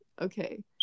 Okay